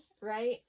right